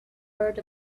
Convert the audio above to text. earth